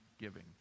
giving